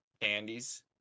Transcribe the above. Candies